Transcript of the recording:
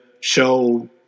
show